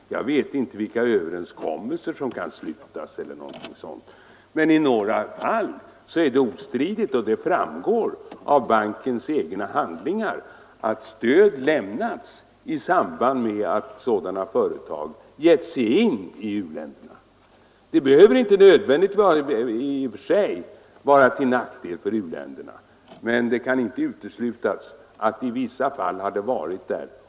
Jag vet inte vilken överenskommelse som kan slutas, men i några fall är det ostridigt — det framgår av bankens egna handlingar — att stöd lämnats i samband med att sådana företag etablerat sig i u-länder. Det behöver i och för sig inte vara till nackdel för u-länderna, men det kan inte uteslutas att det i vissa fall har varit det.